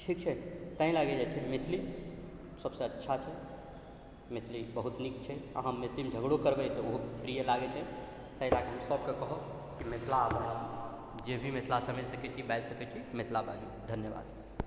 ठीक छै ताहि लऽ कऽ जे छै मैथिली सबसँ अच्छा छै मैथिली बहुत नीक छै अहाँ मैथिलीमे झगड़ो करबै तऽ ओहो प्रिय लागै छै ताहि लऽ कऽ हम सबके कहब मिथिला अपना जे भी मिथिला समझि सकै छी बाजि सकै छी मिथिला बाजू धन्यवाद